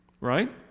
right